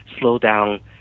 slowdown